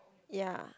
ya